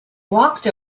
walked